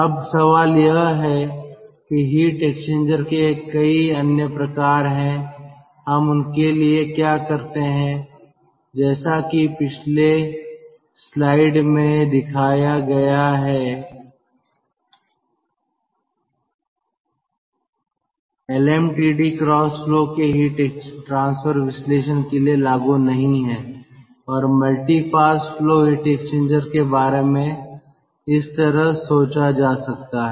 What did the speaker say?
अब सवाल यह है कि हीट एक्सचेंजर के कई अन्य प्रकार हैं हम उनके लिए क्या करते हैं जैसे कि पिछली स्लाइड में दिखाया गया एलएमटीडी क्रॉस फ्लो के हीट ट्रांसफर विश्लेषण के लिए लागू नहीं है और multi pass flow heat exchangers के बारे में इस तरह सोचा जा सकता है